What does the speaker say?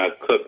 Cook